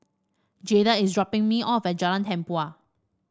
Jayda is dropping me off at Jalan Tempua